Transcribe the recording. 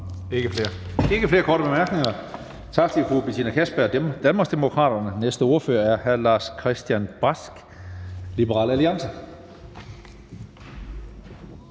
så er der ikke flere korte bemærkninger. Tak til fru Betina Kastbjerg, Danmarksdemokraterne. Den næste ordfører er hr. Lars-Christian Brask, Liberal Alliance.